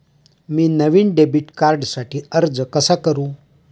मी नवीन डेबिट कार्डसाठी अर्ज कसा करू?